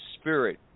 spirit